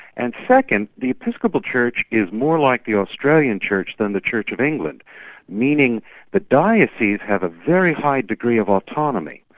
and second, the episcopal church is more like the australian church than the church of england meaning the dioceses have a very high degree of autonomy.